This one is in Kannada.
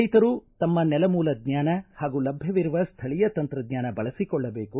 ರೈತರು ತಮ್ಮ ನೆಲ ಮೂಲಜ್ಞಾನ ಹಾಗೂ ಲಭ್ವವಿರುವ ಸ್ಥಳೀಯ ತಂತ್ರಜ್ಞಾನ ಬಳಸಿಕೊಳ್ಳಬೇಕು